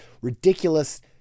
ridiculous